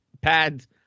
pads